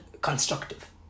constructive